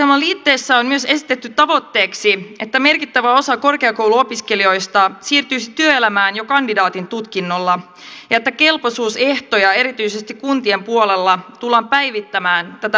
hallitusohjelman liitteessä on myös esitetty tavoitteeksi että merkittävä osa korkeakouluopiskelijoista siirtyisi työelämään jo kandidaatin tutkinnolla ja että kelpoisuusehtoja erityisesti kuntien puolella tullaan päivittämään tätä mahdollistamaan